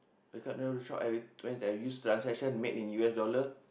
the card I when did I use transaction made in U_S dollar